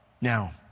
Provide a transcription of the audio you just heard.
Now